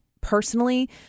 personally